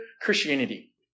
Christianity